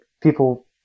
people